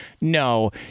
No